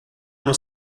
uno